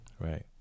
Right